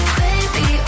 baby